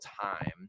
time